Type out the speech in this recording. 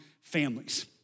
families